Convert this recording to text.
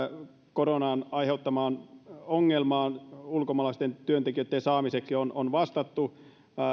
koronan aiheuttamaan ongelmaan ulkomaalaisten työntekijöitten saamisessa on vastattu